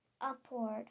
upward